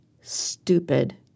stupid